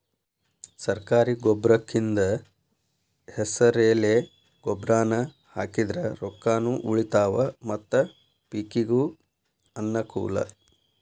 ಸರ್ಕಾರಿ ಗೊಬ್ರಕಿಂದ ಹೆಸರೆಲೆ ಗೊಬ್ರಾನಾ ಹಾಕಿದ್ರ ರೊಕ್ಕಾನು ಉಳಿತಾವ ಮತ್ತ ಪಿಕಿಗೂ ಅನ್ನಕೂಲ